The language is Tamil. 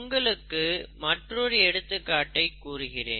உங்களுக்கு மற்றொரு எடுத்துக்காட்டை கூறுகிறேன்